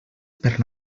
per